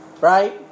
right